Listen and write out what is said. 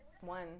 one